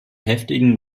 heftigem